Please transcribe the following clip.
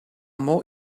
more